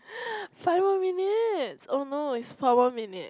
five more minutes oh no it's four more minute